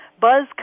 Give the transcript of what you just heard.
buzz